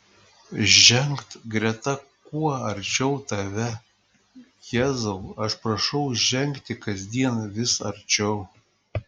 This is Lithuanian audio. žengt greta kuo arčiau tave jėzau aš prašau žengti kasdien vis arčiau